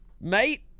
mate